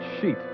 sheet